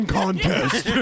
contest